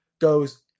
Goes